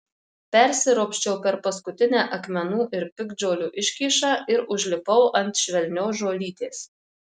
persiropščiau per paskutinę akmenų ir piktžolių iškyšą ir užlipau ant švelnios žolytės